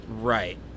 right